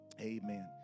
Amen